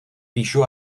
píšu